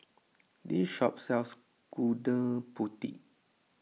this shop sells Gudeg Putih